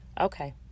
Okay